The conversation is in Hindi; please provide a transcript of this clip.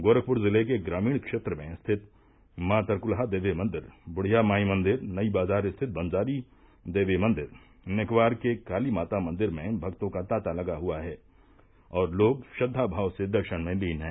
गोरखपुर जिले के ग्रामीण क्षेत्र में स्थित मां तरकुलहा देवी मंदिर बुढ़िया माई मंदिर नई बाजार स्थित बंजारी देवी मंदिर नेकवार के काली माता मंदिर में भक्तों का तांता लगा हुआ है और लोग श्रद्वाभाव से दर्शन में लीन हैं